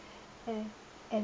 a~ and